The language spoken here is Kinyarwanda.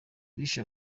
bishe